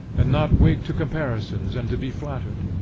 and not wake to comparisons, and to be flattered!